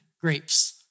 grapes